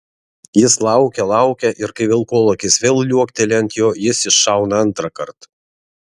jis laukia laukia ir kai vilkolakis vėl liuokteli ant jo jis iššauna antrąkart